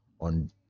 on